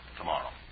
tomorrow